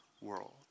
world